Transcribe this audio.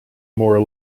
more